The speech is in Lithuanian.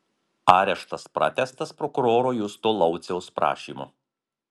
areštas pratęstas prokuroro justo lauciaus prašymu